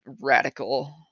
Radical